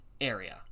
area